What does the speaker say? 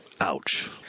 Ouch